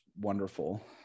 wonderful